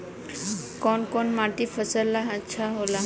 कौन कौनमाटी फसल ला अच्छा होला?